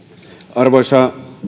arvoisa